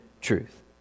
truth